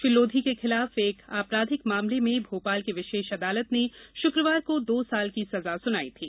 श्री लोधी के खिलाफ एक आपराधिक मामले में भोपाल की विशेष अदालत ने शुक्रवार को दो साल की सजा सुनाई थी